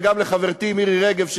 וגם לחברתי מירי רגב,